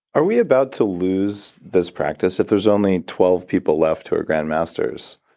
are we about to lose this practice? if there's only twelve people left who are grand masters,